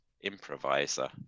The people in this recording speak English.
improviser